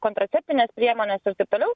kontraceptines priemones ir taip toliau